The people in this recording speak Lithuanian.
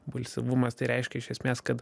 impulsyvumas tai reiškia iš esmės kad